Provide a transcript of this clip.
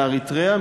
לאריתריאה,